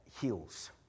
heals